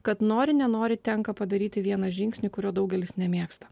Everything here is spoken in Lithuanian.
kad nori nenori tenka padaryti vieną žingsnį kurio daugelis nemėgsta